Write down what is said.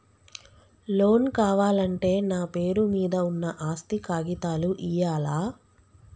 Loan కావాలంటే నా పేరు మీద ఉన్న ఆస్తి కాగితాలు ఇయ్యాలా?